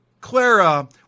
Clara